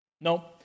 No